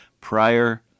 prior